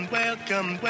welcome